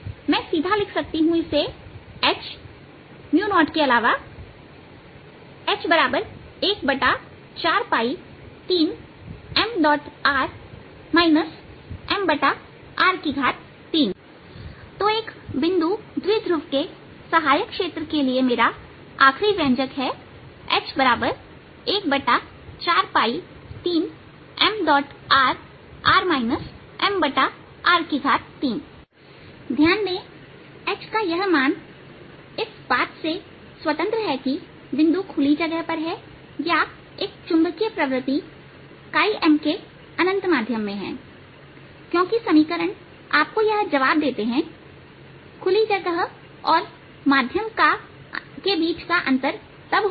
मैं सीधा लिख सकती हूं इसे H 0 के अलावा H 143mr r mr3 तो एक बिंदु द्विध्रुव के सहायक क्षेत्र के लिए मेरा आखिरी व्यंजक है H143mr r mr3 ध्यान दें कि H का यह का यह मान इस बात से स्वतंत्र है कि बिंदु खुली जगह पर है या एक चुंबकीय प्रवृत्तिM के अनंत माध्यम में है क्योंकि समीकरण आपको यह जवाब देते हैं खुली जगह और माध्यम के बीच का अंतर तब होगा